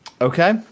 okay